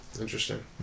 Interesting